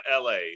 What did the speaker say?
LA